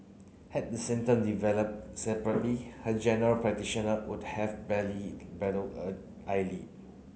had the symptom developed separately her general practitioner would have barely battle a eyelid